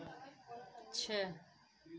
छः